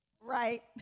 Right